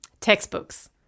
textbooks